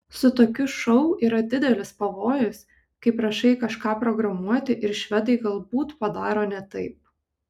su tokiu šou yra didelis pavojus kai prašai kažką programuoti ir švedai galbūt padaro ne taip